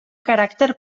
caràcter